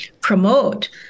promote